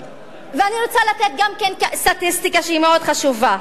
ואני רוצה לתת גם סטטיסטיקה, שהיא מאוד חשובה.